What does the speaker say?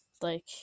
like-